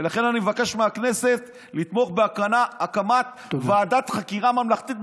ולכן אני מבקש מהכנסת לתמוך בהקמת ועדת חקירה ממלכתית,